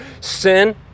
sin